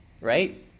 Right